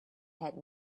had